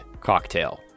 cocktail